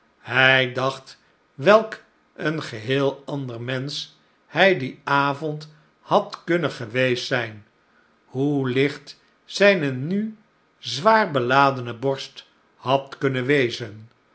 hij dacht welk een geheel ander mensch hij dien avond had kunnen geweest zijn hoe licht zijne nu zwaar beladene borst had kunnen wezen